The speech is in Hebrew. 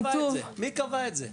מי קבע את זה?